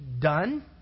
done